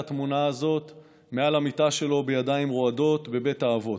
את התמונה הזאת מעל המיטה שלו בבית האבות.